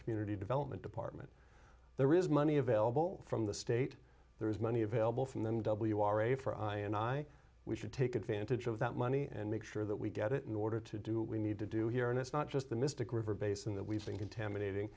community development department there is money available from the state there is money available from them w r a for i and i we should take advantage of that money and make sure that we get it in order to do we need to do here and it's not just the mystic river basin that we've been contaminating